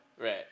Right